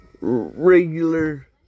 regular